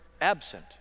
absent